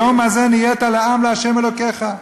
היום הזה נהיית לעם לה' אלוקיך".